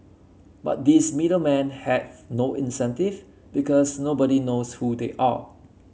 but these middle man have no incentive because nobody knows who they are